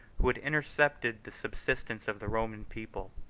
who had intercepted the subsistence of the roman people.